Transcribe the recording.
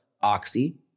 Oxy